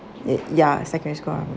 y~ ya secondary school onwards